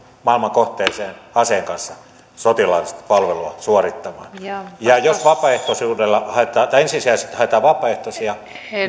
maailmankohteeseen aseen kanssa sotilaallista palvelua suorittamaan ja ja jos ensisijaisesti haetaan vapaaehtoisia